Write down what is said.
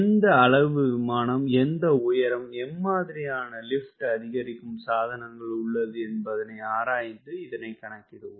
எந்த அளவு விமானம் எந்த உயரம் எம்மாதிரியான லிஃப்ட் அதிகரிக்கும் சாதனங்களுள்ளது என்பதனை ஆராய்ந்து இதனை கணக்கிடுவோம்